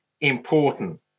important